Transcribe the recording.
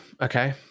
Okay